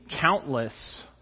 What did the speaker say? countless